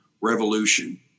Revolution